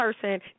person